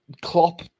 Klopp